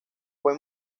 fue